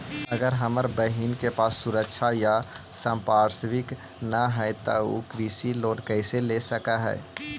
अगर हमर बहिन के पास सुरक्षा या संपार्श्विक ना हई त उ कृषि लोन कईसे ले सक हई?